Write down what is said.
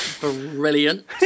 Brilliant